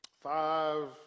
five